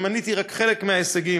ומניתי רק חלק מההישגים